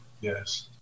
Yes